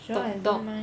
sure I don't mind